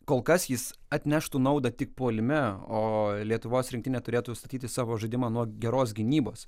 kol kas jis atneštų naudą tik puolime o lietuvos rinktinė turėtų statyti savo žaidimą nuo geros gynybos